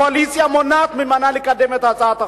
הקואליציה מונעת ממנה לקדם את הצעת החוק.